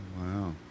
Wow